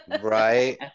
Right